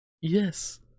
Yes